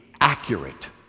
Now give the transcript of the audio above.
accurate